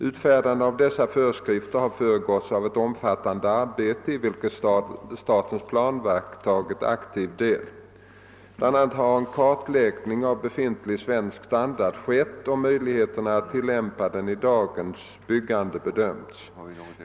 Utfärdandet av dessa föreskrifter har föregåtts av ett omfattande arbete i vilket statens planverk tagit aktiv del. Bl.a. har en kartläggning av befintlig svensk standard skett och möjligheterna att tilllämpa den i dagens byggande bedömts.